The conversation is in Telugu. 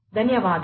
ధన్యవాదాలు